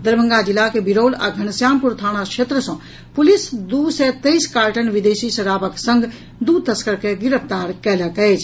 दरभंगा जिलाक बिरौल आ घनश्यामपुर थाना क्षेत्र सँ पुलिस दू सय तेईस कार्टन विदेशी शराबक संग दू तस्कर के गिरफ्तार कयलक अछि